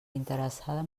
interessada